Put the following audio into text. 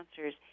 answers